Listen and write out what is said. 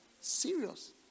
Serious